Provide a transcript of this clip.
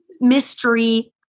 mystery